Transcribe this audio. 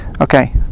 Okay